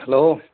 hello